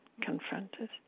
confronted